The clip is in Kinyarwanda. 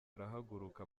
arahaguruka